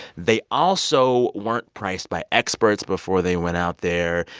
they also weren't priced by experts before they went out there.